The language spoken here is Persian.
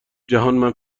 جهان